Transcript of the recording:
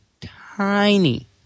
Tiny